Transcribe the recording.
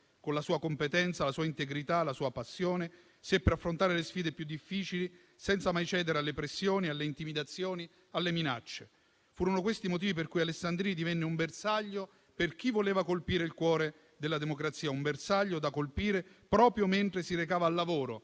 Con la sua competenza, la sua integrità e la sua passione seppe affrontare le sfide più difficili senza mai cedere alle pressioni, alle intimidazioni e alle minacce. Furono questi motivi per cui Alessandrini divenne un bersaglio per chi voleva colpire il cuore della democrazia; un bersaglio da colpire proprio mentre si recava al lavoro,